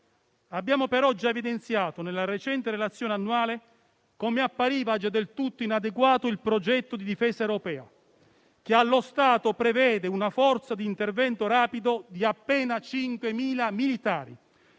Abbiamo però già evidenziato nella recente relazione annuale come appariva già del tutto inadeguato il progetto di difesa europea, che allo stato prevede una forza di intervento rapido di appena 5.000 militari,